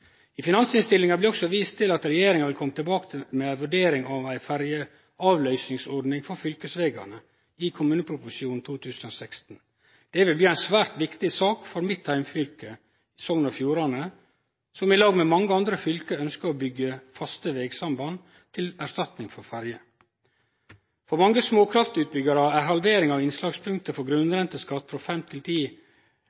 I finansinnstillinga blei det også vist til at regjeringa ville kome tilbake med ei vurdering av ei ferjeavløysingsordning for fylkesvegane i kommuneproposisjonen 2016. Det vil bli ei svært viktig sak for mitt heimfylke, som i lag med mange andre fylke ønskjer å byggje faste vegsamband til erstatning for ferje. For mange småkraftutbyggarar er ei heving av innslagspunktet for